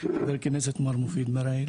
חבר הכנסת מר מופיד מרעי,